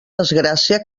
desgràcia